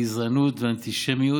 גזענות ואנטישמיות,